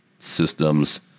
Systems